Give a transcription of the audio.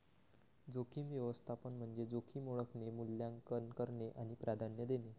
जोखीम व्यवस्थापन म्हणजे जोखीम ओळखणे, मूल्यांकन करणे आणि प्राधान्य देणे